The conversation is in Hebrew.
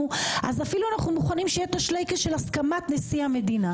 אז אפילו אנחנו מוכנים שיהיה את השלייקס של הסכמת נשיא המדינה.